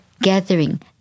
gathering